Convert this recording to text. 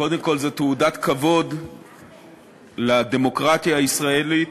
קודם כול, זו תעודת כבוד לדמוקרטיה הישראלית